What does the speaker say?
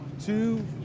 two